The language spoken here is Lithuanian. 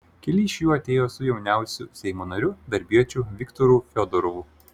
keli iš jų atėjo su jauniausiu seimo nariu darbiečiu viktoru fiodorovu